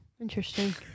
interesting